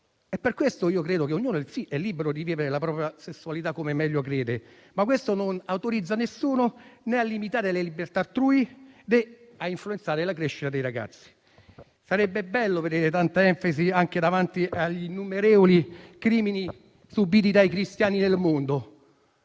È per questo che credo che ognuno sia libero di vivere la propria sessualità come meglio crede, ma ciò non autorizza nessuno né a limitare le libertà altrui, né a influenzare la crescita dei ragazzi. Sarebbe bello vedere tanta enfasi anche davanti agli innumerevoli crimini subiti dai cristiani nel mondo.